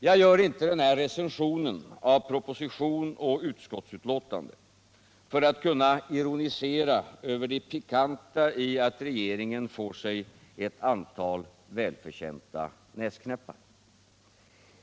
Jag gör inte den här recensionen av proposition och utskottsbetänkande för att kunna ironisera över det pikanta i att regeringen får sig ett antal välförtjänta näsknäppar.